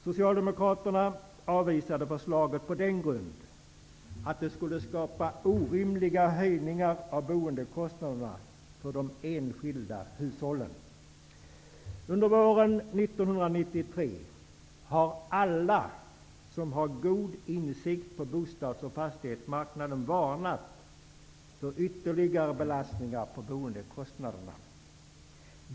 Socialdemokraterna avvisade förslaget med att det skulle skapa orimliga höjningar av boendekostnaderna för de enskilda hushållen. Under våren 1993 har alla som har god insikt om bostads och fastighetsmarknaden varnat för ytterligare belastningar på boendekostnaderna.